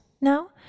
now